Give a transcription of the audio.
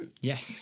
Yes